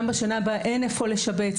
גם בשנה הבאה אין איפה לשבץ.